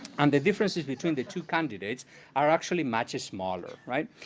and the differences between the two candidates are actually much smaller, right?